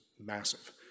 massive